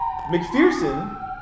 McPherson